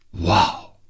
Wow